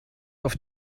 auf